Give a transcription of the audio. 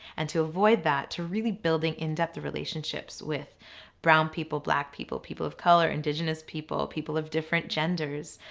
and to avoid that to really building in depth relationships with brown people, black people, people of colour, indigenous people, people of different genders,